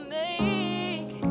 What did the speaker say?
make